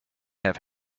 have